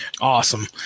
awesome